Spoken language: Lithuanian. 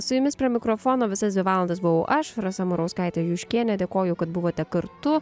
su jumis prie mikrofono visas dvi valandas buvau aš rasa murauskaitė juškienė dėkoju kad buvote kartu